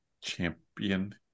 champion